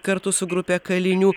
kartu su grupe kalinių